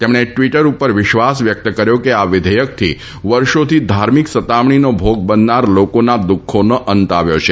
તેમણે ટ્વિટર ઉપર વિશ્વાસ વ્યક્ત કર્યો કે આ વિઘેયકથી વર્ષોથી ધાર્મિક સતામણીનો ભોગ બનનાર લોકોના દુઃખોનો અંત આવ્યો છે